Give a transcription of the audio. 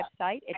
website